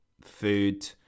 food